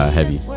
Heavy